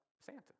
Santa